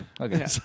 Okay